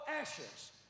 ashes